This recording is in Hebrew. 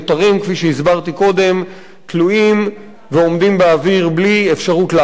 שתלויים ועומדים באוויר בלי אפשרות לעבוד,